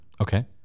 Okay